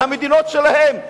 מהמדינות שלהם,